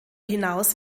hinaus